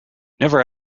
never